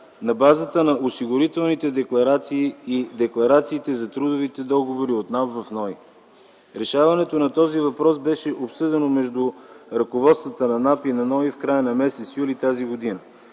на базата на осигурителните декларации и декларациите за трудовите договори от НАП в НОИ. Решаването на този въпрос беше обсъдено между ръководствата на НАП и на НОИ в края на м. юни т.г.,